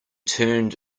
turned